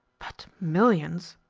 but millions!